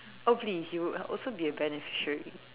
hopefully he would also be a beneficiary